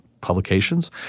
publications